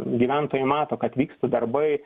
gyventojai mato kad vyksta darbai